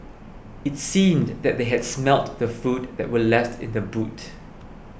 it seemed that they had smelt the food that were left in the boot